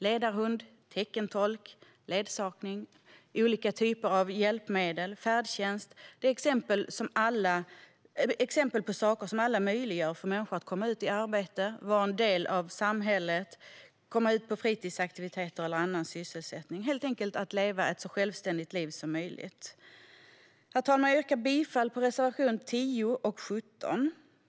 Ledarhund, teckentolk, ledsagning, olika typer av hjälpmedel och färdtjänst är exempel på saker som möjliggör för människor att komma ut i arbete och vara en del av samhället, komma ut på fritidsaktiviteter eller annan sysselsättning - helt enkelt leva ett så självständigt liv som möjligt. Herr talman! Jag yrkar bifall till reservationerna 10 och 17.